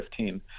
2015